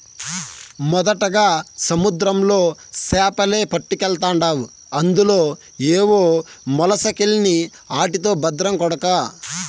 మొదటగా సముద్రంలో సేపలే పట్టకెల్తాండావు అందులో ఏవో మొలసకెల్ని ఆటితో బద్రం కొడకా